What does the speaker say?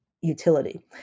utility